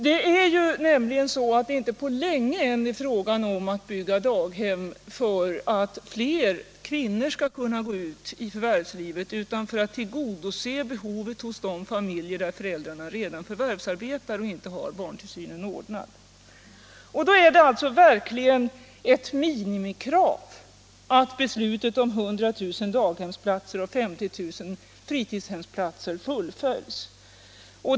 Det är, vilket vi inte får glömma bort, tyvärr så att det inte på länge än är fråga om att bygga daghem för att fler kvinnor skall kunna gå ut i förvärvslivet utan för att tillgodose behovet hos de familjer där föräldrarna redan förvärvsarbetar men inte har barntillsynen ordnad. Därför är det verkligen ett minimikrav att beslutet om 100 000 daghemsplatser och 50 000 fritidshemsplatser fullföljs.